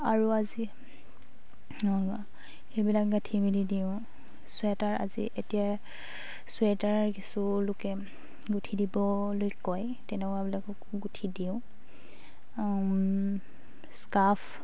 আৰু আজি সেইবিলাক গাঁঠি মেলি দিওঁ চুৱেটাৰ আজি এতিয়া চুৱেটাৰ কিছু লোকে গুঁঠি দিবলৈ কয় তেনেকুৱাবিলাককো গুঁঠি দিওঁ স্কাফ